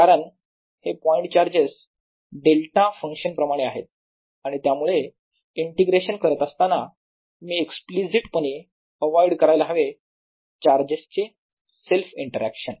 कारण हे point charges delta function प्रमाणे आहेत आणि त्यामुळे इंटिग्रेशन करत असताना मी एक्स्प्लिसिट पणे अव्हॉइड करायला हवे चार्जेसचे सेल्फ इंटरॅक्शन